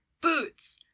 boots